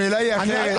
השאלה היא אחרת.